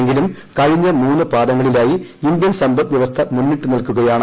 എങ്കിലും കഴിഞ്ഞ മൂന്ന് പാദങ്ങളിലായി ഇന്ത്യൻ സമ്പദ് വ്യവസ്ഥ മുന്നിട്ടു നിൽക്കുകയാണ്